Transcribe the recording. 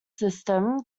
system